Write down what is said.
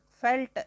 felt